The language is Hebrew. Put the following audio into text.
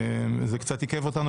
אני חייב לומר שזה קצת עיכב אותנו